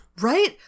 Right